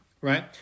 Right